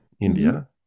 India